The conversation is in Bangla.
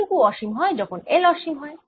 এই টুকু অসীম হয় যখন L অসীম হয়